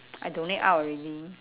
I donate out already